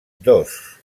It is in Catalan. dos